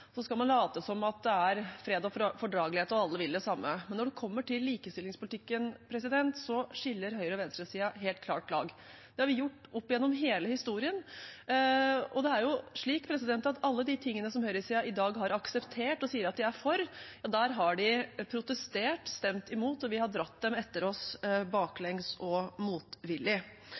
så skal man late som at det er fred og fordragelighet og at alle vil det samme. Men når det gjelder likestillingspolitikken, skiller høyre- og venstresiden helt klart lag. Det har vi gjort opp gjennom hele historien. Alle de tingene høyresiden i dag har akseptert og sier at de er for, har de protestert mot og stemt mot, og vi har dratt dem baklengs og motvillige etter oss. I redegjørelsen gikk jeg gjennom de fleste områder i samfunnet og